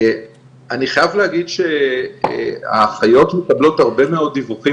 אני חייב להגיד שהאחיות מקבלות הרבה מאוד דיווחים